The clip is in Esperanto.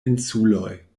insuloj